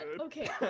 okay